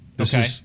Okay